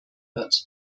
wird